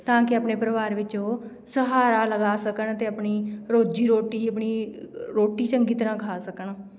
ਤਾਂ ਕਿ ਆਪਣੇ ਪਰਿਵਾਰ ਵਿੱਚ ਉਹ ਸਹਾਰਾ ਲਗਾ ਸਕਣ ਅਤੇ ਆਪਣੀ ਰੋਜੀ ਰੋਟੀ ਆਪਣੀ ਰੋਟੀ ਚੰਗੀ ਤਰ੍ਹਾਂ ਖਾ ਸਕਣ